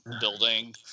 building